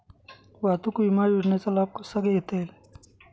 वाहतूक विमा योजनेचा लाभ कसा घेता येईल?